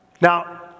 now